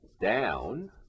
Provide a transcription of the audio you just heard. down